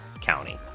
County